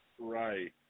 Right